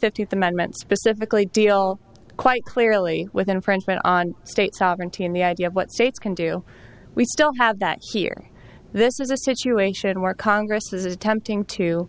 fifteenth amendments specifically deal quite clearly with infringement on state sovereignty and the idea of what states can do we still have that here this is a situation where congress is attempting to